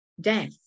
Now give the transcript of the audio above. death